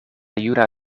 juna